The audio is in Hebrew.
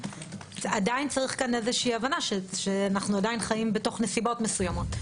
עדיין צריך כאן איזושהי הבנה שאנחנו חיים בתוך נסיבות מסוימות,